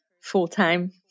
full-time